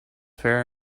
fair